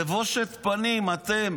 בבושת פנים אתם